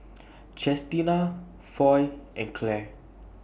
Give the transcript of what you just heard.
Chestina Foy and Clair